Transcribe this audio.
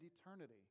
eternity